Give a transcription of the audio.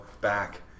back